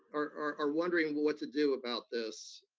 are wondering what to do about this,